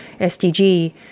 SDG